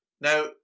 Now